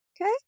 Okay